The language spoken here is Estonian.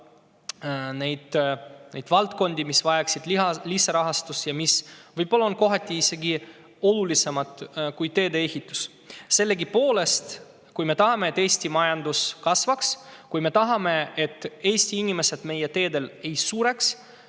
tuua valdkondi, mis vajaksid lisarahastust ja mis võivad olla kohati isegi olulisemad kui teedeehitus. Sellegipoolest, kui me tahame, et Eesti majandus kasvaks, kui me tahame, et Eesti inimesed meie teedel ei sureks,